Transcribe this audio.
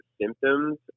symptoms